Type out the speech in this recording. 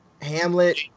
Hamlet